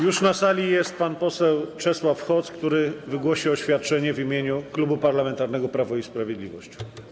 Już na sali jest pan poseł Czesław Hoc, który wygłosi oświadczenie w imieniu Klubu Parlamentarnego Prawo i Sprawiedliwość.